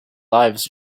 lives